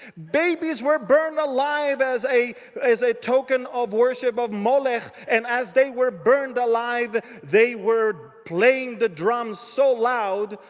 babies were burned alive as a as a token of worship of molech. and as they were burned alive, they were playing the drums so loud.